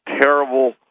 terrible